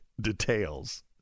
details